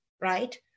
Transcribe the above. right